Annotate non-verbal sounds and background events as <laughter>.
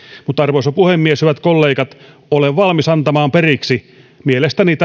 mutta arvoisa puhemies hyvät kollegat olen valmis antamaan periksi mielestäni <unintelligible>